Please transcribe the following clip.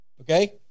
Okay